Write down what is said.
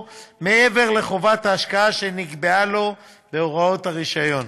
מעבר לחובת ההשקעה שנקבעה לו בהוראות הרישיון.